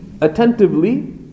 Attentively